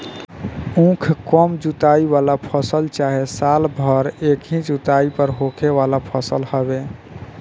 उख कम जुताई वाला फसल चाहे साल भर एकही जुताई पर होखे वाला फसल हवे